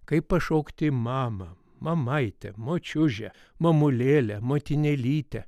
kaip pašaukti mama mamaitė močiuže mamulėle motinėlyte